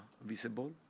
visible